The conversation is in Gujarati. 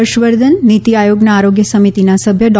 હર્ષવર્ધન નીતિ આયોગના આરોગ્ય સમિતિના સભ્ય ડો